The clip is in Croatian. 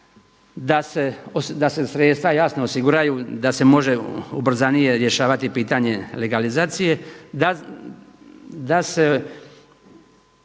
da se sredstva jasno osiguraju da se može ubrzanije rješavati pitanje legalizacije.